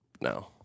no